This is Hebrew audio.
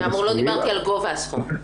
אני לא דיברתי על גובה הסכום.